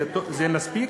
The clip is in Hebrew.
זה מספיק?